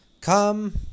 Come